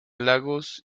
lagos